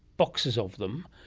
boxes of them.